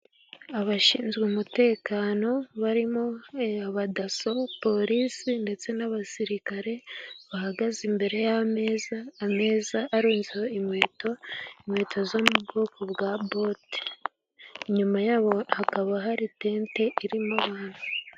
Abashinzwe umutekano barimo abadaso, polisi ndetse n'abasirikare. Bahagaze imbere y'ameza, ameza arunzeho inkweto, inkweto zo mu bwoko bwa bote inyuma yabo hakaba hari tente irimo abantu.